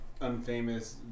unfamous